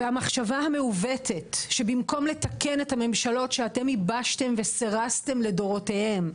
והמחשבה המעוותת שבמקום לתקן את הממשלות שאתם ייבשתם וסירסתם לדורותיהן,